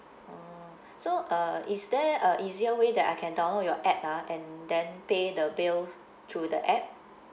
oh so uh is there uh easier way that I can download your app ah and then pay the bills through the app